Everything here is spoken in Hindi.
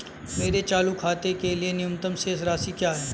मेरे चालू खाते के लिए न्यूनतम शेष राशि क्या है?